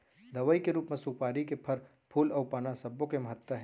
दवई के रूप म सुपारी के फर, फूल अउ पाना सब्बो के महत्ता हे